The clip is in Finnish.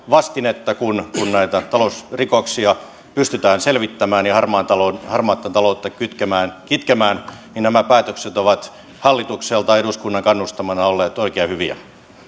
vastinetta kun näitä talousrikoksia pystytään selvittämään ja harmaata taloutta kitkemään kitkemään niin nämä päätökset ovat hallitukselta eduskunnan kannustamana olleet oikein hyviä